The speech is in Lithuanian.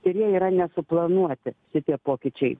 ir jie yra nesuplanuoti šitie pokyčiai